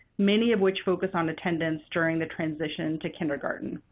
many of which focus on attendance during the transition to kindergarten.